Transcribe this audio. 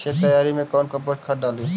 खेत तैयारी मे कौन कम्पोस्ट खाद डाली?